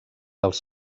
als